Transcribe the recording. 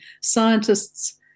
scientists